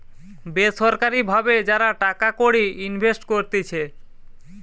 বেসরকারি ভাবে যারা টাকা কড়ি ইনভেস্ট করতিছে